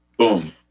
boom